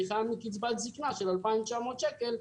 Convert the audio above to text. והיא חיה מקצבת זיקנה של 2,900 שקל,